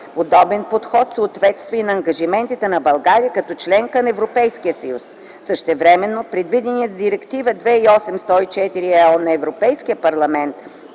Подобен подход съответства и на ангажиментите на България като член на Европейския съюз. Същевременно предвиденият с Директива 2008/104/ЕО на Европейския парламент